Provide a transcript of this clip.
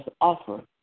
offer